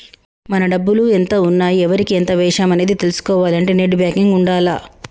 మన డబ్బులు ఎంత ఉన్నాయి ఎవరికి ఎంత వేశాము అనేది తెలుసుకోవాలంటే నెట్ బ్యేంకింగ్ ఉండాల్ల